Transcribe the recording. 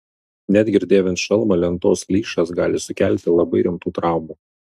netgi ir dėvint šalmą lentos lyšas gali sukelti labai rimtų traumų